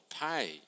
pay